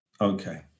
Okay